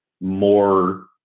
more